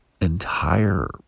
Entire